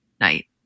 night